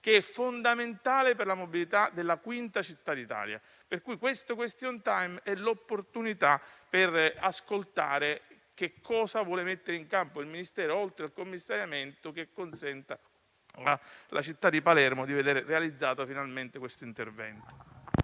che è fondamentale per la mobilità della quinta città d'Italia. Questo *question time* è l'opportunità per ascoltare che cosa vuole mettere in campo il Ministero, oltre al commissariamento, al fine di consentire alla città di Palermo di vedere finalmente realizzato questo intervento.